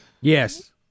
Yes